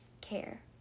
care